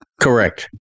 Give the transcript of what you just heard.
Correct